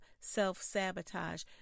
self-sabotage